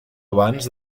abans